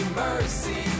mercy